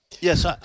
Yes